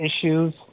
issues